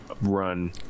run